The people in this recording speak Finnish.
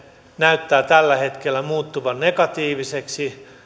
näyttää tällä hetkellä muuttuvan negatiiviseksi